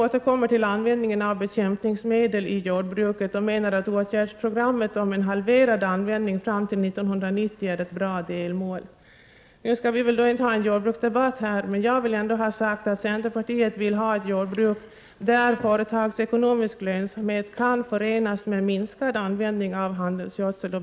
Verket avser att under år 1989 utfärda nya allmänna råd för skydd av vattentäkter.